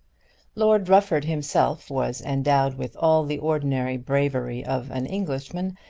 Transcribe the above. lord rufford himself was endowed with all the ordinary bravery of an englishman,